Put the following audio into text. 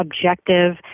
objective